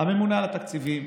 הממונה על התקציבים,